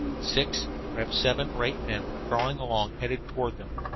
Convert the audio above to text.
six, perhaps seven or eight, men were crawling along, headed toward them.